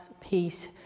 peace